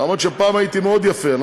למרות שפעם הייתי מאוד יפה,